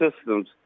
systems